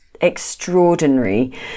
extraordinary